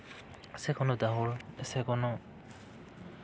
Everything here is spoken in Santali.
ᱥᱮ ᱠᱳᱱᱳ ᱦᱚᱲ ᱥᱮ ᱠᱳᱱᱳ